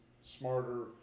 smarter